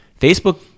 Facebook